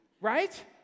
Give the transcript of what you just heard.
Right